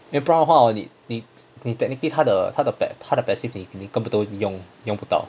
因为不然的话 hor 你你你 technically 它的它的 pa~ 它的 pa~ passive 你根本都用用不到